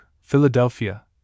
Philadelphia